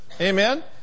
Amen